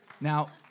Now